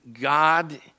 God